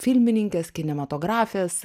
filmininkės kinematografės